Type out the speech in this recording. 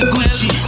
Gucci